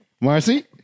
Marcy